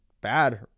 bad